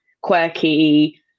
quirky